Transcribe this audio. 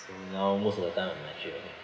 now most of the time I'm actually at home